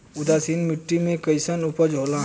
उदासीन मिट्टी में कईसन उपज होला?